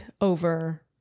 over